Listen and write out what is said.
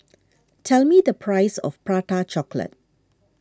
tell me the price of Prata Chocolate